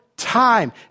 time